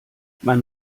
man